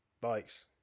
bikes